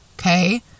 okay